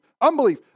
unbelief